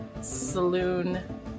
saloon